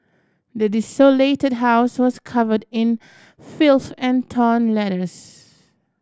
the desolated house was covered in filth and torn letters